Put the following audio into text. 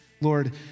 Lord